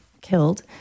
killed